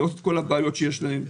לראות את כל הבעיות שיש להם,